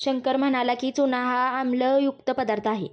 शंकर म्हणाला की, चूना हा आम्लयुक्त पदार्थ आहे